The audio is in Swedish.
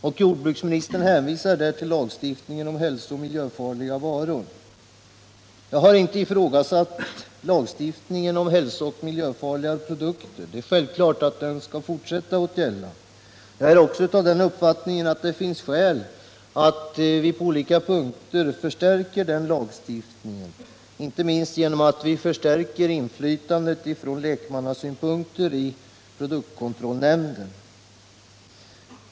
Och jordbruksministern hänvisar därvid till lagstiftningen om hälsooch miljöfarliga varor. Jag har inte ifrågasatt lagstiftningen om hälsooch miljöfarliga produkter. Det är självklart att den skall fortsätta att gälla. Jag är också av den uppfattningen att det finns skäl att förstärka den lagstiftningen inte minst genom en förstärkning av lekmannainflytandet i produktkontrollnämnden.